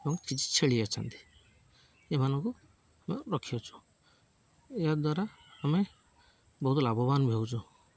ଆଉ କିଛି ଛେଳି ଅଛନ୍ତି ଏମାନଙ୍କୁ ଆମେ ରଖିଛୁ ଏହାଦ୍ୱାରା ଆମେ ବହୁତ ଲାଭବାନ ବି ହେଉଛୁ